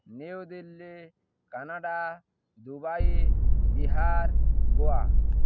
New Delhi Canada Dubai Bihar Goa